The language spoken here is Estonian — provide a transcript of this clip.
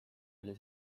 oli